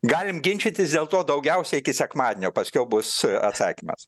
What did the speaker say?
galim ginčytis dėl to daugiausiai iki sekmadienio paskelbus atsakymas